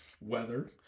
weather